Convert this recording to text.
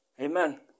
Amen